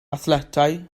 athletau